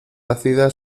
ácida